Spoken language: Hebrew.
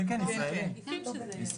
כן, ישראלי.